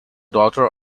daughter